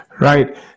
Right